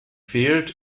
fehlt